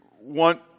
want